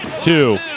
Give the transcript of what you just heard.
two